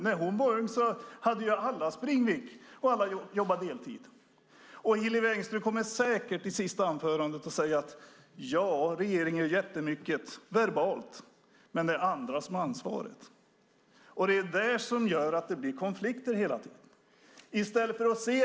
När hon var ung hade alla springvick och jobbade deltid. I sista anförandet kommer Hillevi Engström säkert att säga: Regeringen gör jättemycket verbalt, men det är andra som har ansvaret. Det gör att det blir konflikter hela tiden.